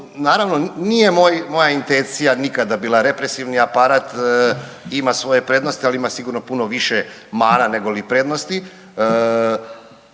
naravno, nije moja intencija nikada bila, represivni aparat ima svoje prednosti, ali ima sigurno puno više mana nego li prednosti.